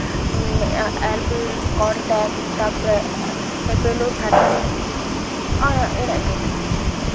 ᱟᱨᱵᱤᱞ contact ᱛᱟᱨᱯᱚᱨᱮ ᱮᱯᱮᱞᱳ thirteen ᱤᱱᱟᱹᱜ ᱜᱮ